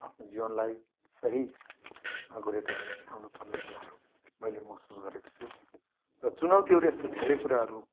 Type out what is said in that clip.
आफ्नो जीवनलाई सही गोरेटोहरूमा हिँडाउनु पर्ने कुराहरू मैले महसुस गरेको छु र चुनौतीहरू यस्ता धेरै कुराहरू